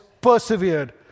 persevered